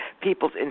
People's